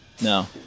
No